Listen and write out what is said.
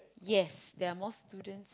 yes there are more students